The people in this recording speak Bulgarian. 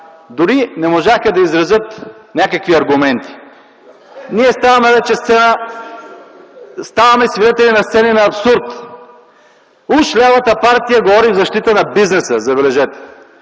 дори не можаха да изразят някакви аргументи. (Смях, шум и реплики.) Ставаме свидетели на сцени на абсурд. Уж лявата партия говори в защита на бизнеса, забележете,